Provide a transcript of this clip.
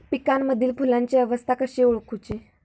पिकांमदिल फुलांची अवस्था कशी ओळखुची?